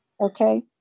okay